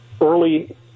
early